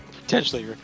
Potentially